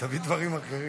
תביא דברים אחרים,